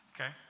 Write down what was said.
Okay